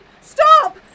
Stop